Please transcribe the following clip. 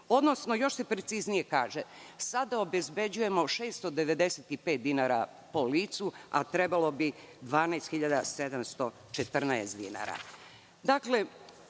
odnosno još se preciznije kaže – sada obezbeđujemo 695 dinara po licu, a trebalo bi 12.714 dinara. Dakle,